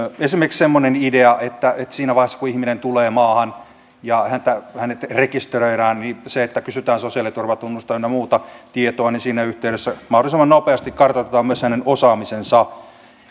esimerkiksi semmoinen idea että siinä vaiheessa kun ihminen tulee maahan ja hänet rekisteröidään kysytään sosiaaliturvatunnusta ynnä muuta tietoa mahdollisimman nopeasti kartoitetaan myös hänen osaamisensa